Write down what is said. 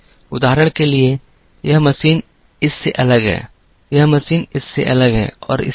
उदाहरण के लिए यह मशीन इस से अलग है यह मशीन इस से अलग है और इसी तरह